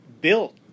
built